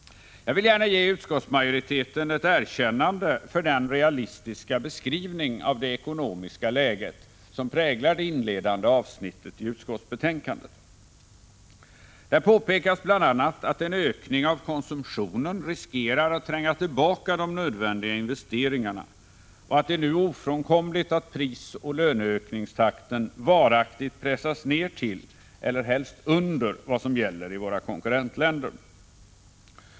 Jag vill gärna ge utskottsmajoriteten ett erkännande för den realistiska beskrivning av det ekonomiska läget som präglar det inledande avsnittet i utskottsbetänkandet. Där påpekas bl.a. att en ökning av konsumtionen riskerar att tränga tillbaka de nödvändiga investeringarna och att det nu är ofrånkomligt att prisoch löneökningstakten varaktigt pressas ned till, eller helst under, vad som gäller i våra konkurrentländer.